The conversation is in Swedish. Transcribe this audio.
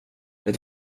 det